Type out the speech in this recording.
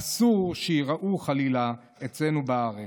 אסור שייראו חלילה אצלנו בארץ.